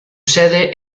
sede